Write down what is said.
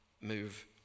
move